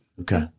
Okay